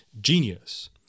genius